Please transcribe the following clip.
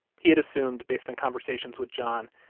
he had assumed, based on conversations with john,